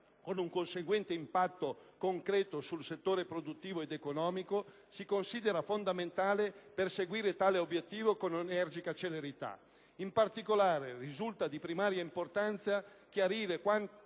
con un conseguente impatto concreto sul settore produttivo ed economico, si considera fondamentale perseguire tale obiettivo con energica celerità. In particolare, risulta di primaria importanza chiarire quando